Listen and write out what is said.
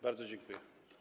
Bardzo dziękuję.